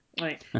right